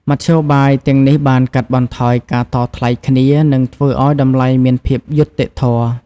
មធ្យោបាយទាំងនេះបានកាត់បន្ថយការតថ្លៃគ្នានិងធ្វើឱ្យតម្លៃមានភាពយុត្តិធម៌។